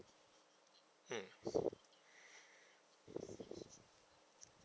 mm